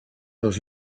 dans